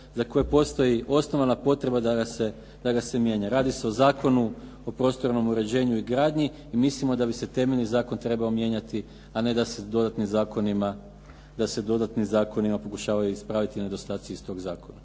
za koje postoji osnovana potreba da ga se mijenja. Radi se o Zakonu o prostornom uređenju i gradnji i mislimo da bi se temeljni zakon trebao mijenjati, a ne da se dodatnim zakonima pokušavaju ispraviti nedostaci iz tog zakona.